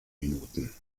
minuten